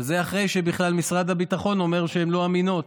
וזה אחרי שמשרד הביטחון אומר שהן לא אמינות.